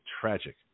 tragic